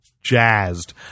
Jazzed